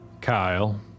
Kyle